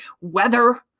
weather